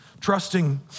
Trusting